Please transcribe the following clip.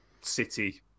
city